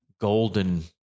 golden